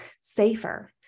safer